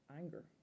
anger